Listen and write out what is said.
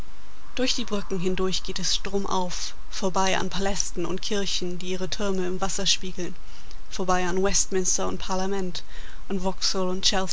durch die brücken hindurch geht es stromauf vorbei an palästen und kirchen die ihre türme im wasser spiegeln vorbei an westminster und parlament an vauxhall und